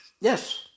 Yes